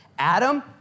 Adam